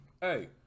Hey